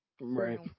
Right